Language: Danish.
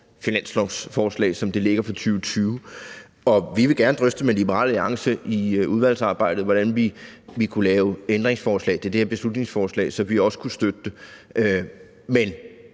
finanslovsforslag, som det ligger for 2020. Vi vil gerne drøfte med Liberal Alliance i udvalgsarbejdet, hvordan vi kan lave ændringsforslag til det her beslutningsforslag, så vi også kunne støtte det, men